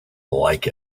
like